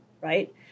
right